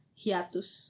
hiatus